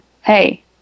hey